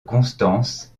constance